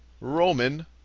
Roman